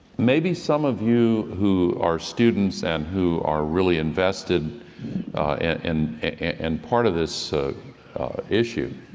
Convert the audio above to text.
maybe some of you who are students and who are really invested and and part of this issue,